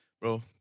Bro